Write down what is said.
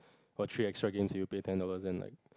for three extra games you pay ten dollar then like